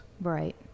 Right